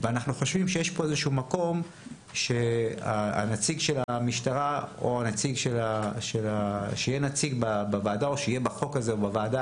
אנחנו חושבים שיש כאן מקום שנציג המשטרה יהיה בוועדה או שתהיה בוועדה